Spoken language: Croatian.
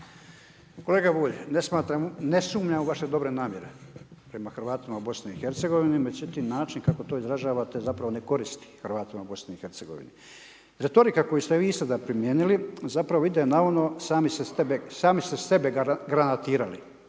ne smatram, ne sumnjam u vaše dobre namjere prema Hrvatima u BiH, međutim način kako to izražavate zapravo ne koristi Hrvatima u BiH. Retorika koju ste vi i sada primijenili zapravo ide na ono sami ste sebe granatirali.